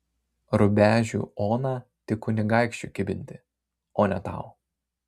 rubežių oną tik kunigaikščiui kibinti o ne tau